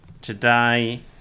today